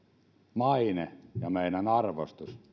maine ja meidän arvostus